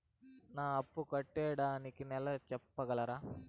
నా అప్పు కట్టేదానికి నెల సెప్పగలరా?